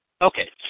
Okay